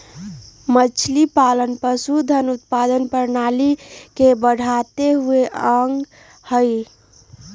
मछलीपालन पशुधन उत्पादन प्रणाली के बढ़ता हुआ अंग हई